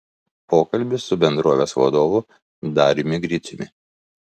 pokalbis su bendrovės vadovu dariumi griciumi